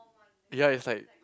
ya is like